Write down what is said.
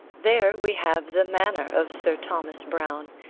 there, we have the manner of sir thomas browne,